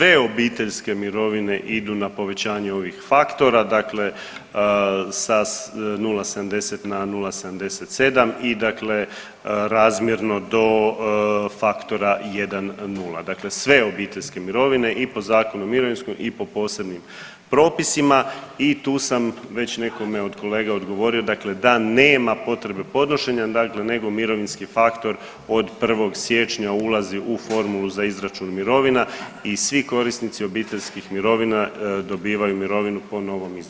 Dakle sve obiteljske mirovine idu na povećanje ovih faktora, dakle sa 0,70 na 0,77 i dakle razmjerno do faktora 1,0, dakle sve obiteljske mirovine i po Zakonu o mirovinskom i po posebnim propisima i tu sam već nekome od kolega odgovorio dakle da nema potrebe podnošenja dakle nego mirovinski faktor od 1. siječnja ulazi u formulu za izračun mirovina i svi korisnici obiteljskih mirovina dobivaju mirovinu po novom izračunu.